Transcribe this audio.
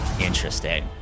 Interesting